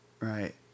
Right